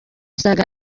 saga